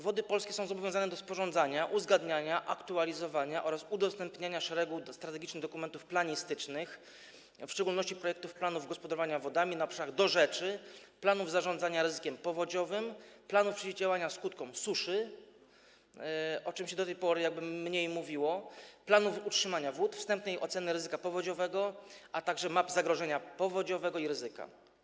Wody Polskie są zobowiązane do sporządzania, uzgadniania, aktualizowania oraz udostępniania wielu strategicznych dokumentów planistycznych, w szczególności projektów planów gospodarowania wodami na obszarach dorzeczy, planów zarządzania ryzykiem powodziowym, planów przeciwdziałania skutkom suszy, o czym się do tej pory mniej mówiło, planów utrzymania wód, wstępnej oceny ryzyka powodziowego, a także map zagrożenia powodziowego i ryzyka.